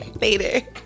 Later